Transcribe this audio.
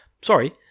sorry